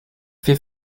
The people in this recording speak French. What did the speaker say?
fait